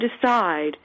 decide